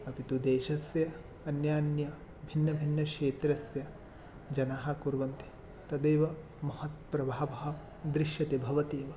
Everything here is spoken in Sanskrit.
अपि तु देशस्य अन्यान्य भिन्नभिन्नक्षेत्रस्य जनाः कुर्वन्ति तदेव महान् प्रभावः दृश्यते भवति एव